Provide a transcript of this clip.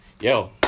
yo